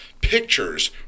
pictures